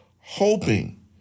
hoping